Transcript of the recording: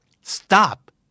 Stop